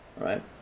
right